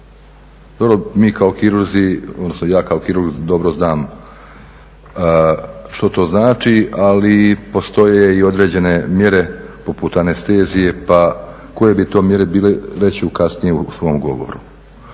mi kao kirurzi, odnosno ja kao kirurg dobro znam što to znači ali postoje i određene mjere poput anestezije. Pa koje bi to mjere bile reći ću kasnije u svom govoru.